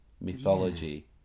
mythology